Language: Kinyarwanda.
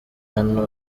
hano